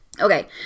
Okay